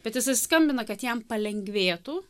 bet jisai skambina kad jam palengvėtų